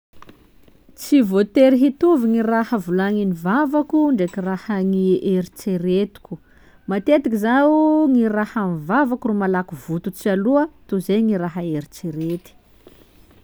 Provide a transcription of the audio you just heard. Tsy voatery hitovy gny raha volagnin'ny vavako ndreky raha agny eritseretiko, matetiky zaho gny raha amy vavako roy malaky vototsy aloha toy izay gny raha eritserety.